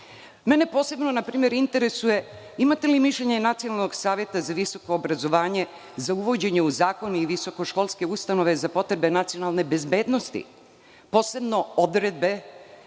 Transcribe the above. posebno, na primer, interesuje imate li mišljenje Nacionalnog saveta za visoko obrazovanje za uvođenje u zakon i visokoškolske ustanove za potrebe nacionalne bezbednosti, posebno odredbe